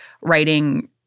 writing